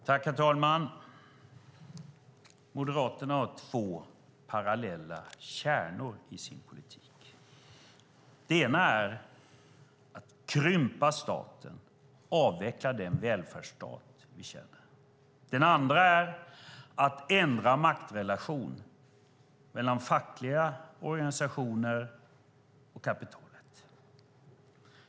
Herr talman! Moderaterna har två parallella kärnor i sin politik. Den ena är att krympa staten och avveckla den välfärdsstat som vi känner. Den andra är att ändra maktrelation mellan fackliga organisationer och kapitalet.